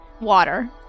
water